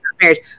Marriage